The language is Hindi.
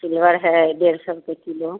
सिल्वर है डेढ़ सौ रुपए किलो